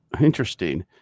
interesting